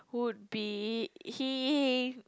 would be he